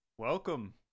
Welcome